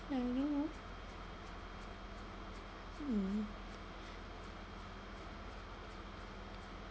I don't know mm